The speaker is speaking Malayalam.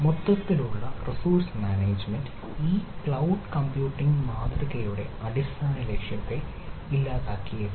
മൊത്തത്തിലുള്ള റിസോഴ്സ് മാനേജ്മെന്റ് ഈ ക്ലൌഡ് കമ്പ്യൂട്ടിംഗ് മാതൃകയുടെ അടിസ്ഥാന ലക്ഷ്യത്തെ ഇല്ലാതാക്കിയേക്കാം